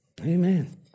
Amen